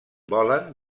volen